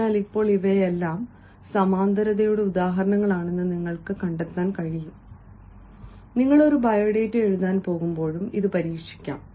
അതിനാൽ ഇപ്പോൾ ഇവയിലെല്ലാം ഇവ സമാന്തരതയുടെ ഉദാഹരണങ്ങളാണെന്ന് നിങ്ങൾക്ക് കണ്ടെത്താൻ കഴിയും നിങ്ങൾ ഒരു ബയോഡേറ്റ എഴുതാൻ പോകുമ്പോഴും ഇത് പരീക്ഷിക്കാം